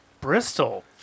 Bristol